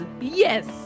Yes